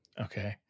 Okay